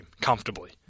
comfortably